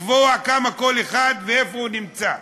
לקבוע כמה לכל אחד ואיפה הוא נמצא,